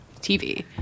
TV